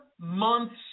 months